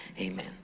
Amen